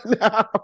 now